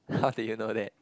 how do you know that